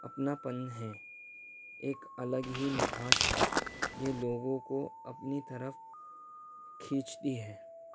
اپناپن ہے ایک الگ ہی مٹھاس ہے جو لوگوں کو اپنی طرف کھینچتی ہے